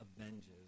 avenges